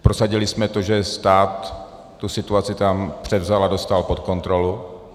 Prosadili jsme to, že stát tam situaci převzal a dostal pod kontrolu.